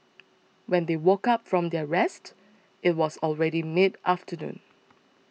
when they woke up from their rest it was already mid afternoon